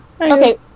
Okay